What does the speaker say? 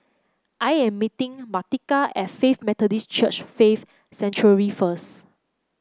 I am meeting Martika as Faith Methodist Church Faith Sanctuary first